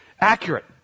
Accurate